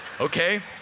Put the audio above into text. Okay